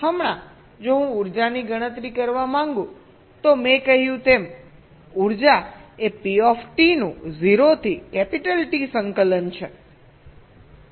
હમણાં જો હું ઉર્જાની ગણતરી કરવા માંગુ તો મેં કહ્યું તેમ ઉર્જાએ P નું 0 થી T સંકલન છે